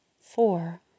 four